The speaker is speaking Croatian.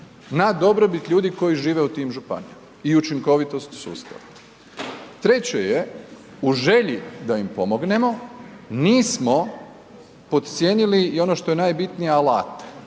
na dobrobit ljudi koji žive u tim županijama i učinkovitosti sustava. Treće je, u želji da im pomognemo nismo podcijenili i ono što je najbitnije, alat,